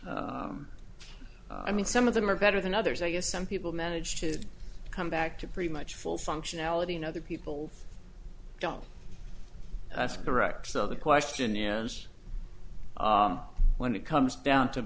and i mean some of them are better than others i guess some people manage to come back to pretty much full functionality and other people don't ask direct so the question is when it comes down to